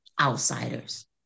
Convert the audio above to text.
outsiders